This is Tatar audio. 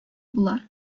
була